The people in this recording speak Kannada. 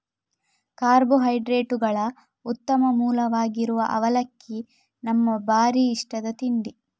ಕಾರ್ಬೋಹೈಡ್ರೇಟುಗಳ ಉತ್ತಮ ಮೂಲವಾಗಿರುವ ಅವಲಕ್ಕಿ ನಮ್ಮ ಭಾರೀ ಇಷ್ಟದ ತಿಂಡಿ